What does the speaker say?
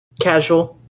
Casual